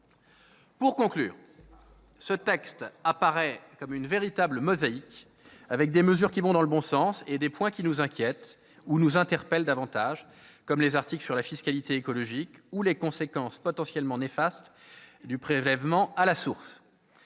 Pour conclure, ce texte apparaît comme une véritable mosaïque, avec des mesures qui vont dans le bon sens et des points qui nous inquiètent ou nous interpellent davantage, comme les articles sur la fiscalité écologique ou les conséquences potentiellement néfastes du prélèvement à la source.